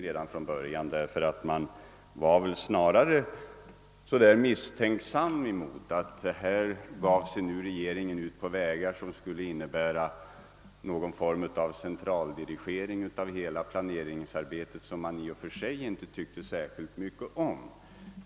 Man var snarare misstänksam och ansåg att regeringen gav sig in på vägar, som skulle innebära någon form av centraldirigering av hela planeringsarbetet, som man inte tyckte särskilt mycket om.